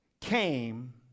came